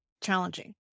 challenging